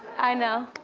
i know.